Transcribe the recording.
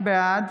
בעד